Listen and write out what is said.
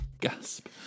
Gasp